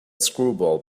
screwball